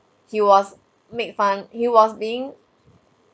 he was make fun he was being